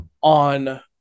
on